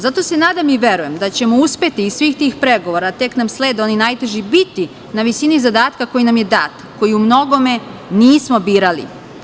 Zato se nadam i verujem da ćemo uspeti iz svih tih pregovora, a tek nam slede oni najteži, biti na visini zadatka koji nam je dat, koji u mnogome nismo birali.